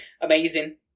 Amazing